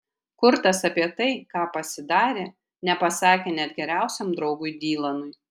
kurtas apie tai ką pasidarė nepasakė net geriausiam draugui dylanui